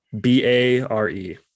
B-A-R-E